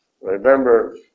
Remember